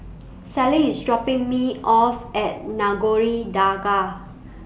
Sallie IS dropping Me off At Nagore Dargah